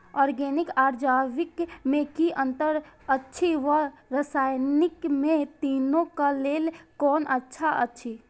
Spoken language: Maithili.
ऑरगेनिक आर जैविक में कि अंतर अछि व रसायनिक में तीनो क लेल कोन अच्छा अछि?